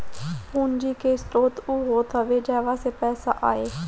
पूंजी के स्रोत उ होत हवे जहवा से पईसा आए